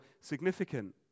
significant